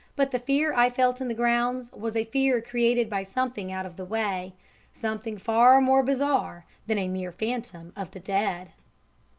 but the fear i felt in the grounds was a fear created by something out of the way something far more bizarre than a mere phantom of the dead.